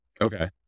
Okay